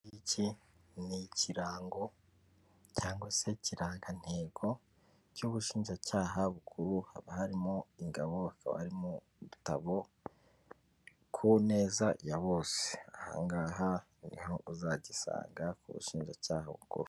Ikingiki ni ikirango cyangwa se ikirangagantego cy'ubushinjacyaha bukuru, haba harimo ingabo hakaba ari mu bitabo ku neza ya bose, ahangaha niho uzagisanga ku bushinjacyaha bukuru.